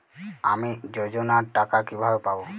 আমি যোজনার টাকা কিভাবে পাবো?